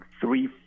three